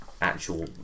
actual